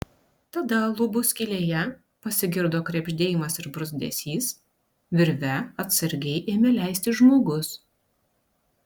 tada lubų skylėje pasigirdo krebždėjimas ir bruzdesys virve atsargiai ėmė leistis žmogus